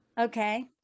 Okay